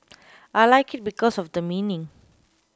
I like it because of the meaning